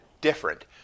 different